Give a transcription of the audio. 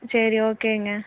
சரி ஓகேங்க